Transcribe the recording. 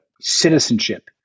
citizenship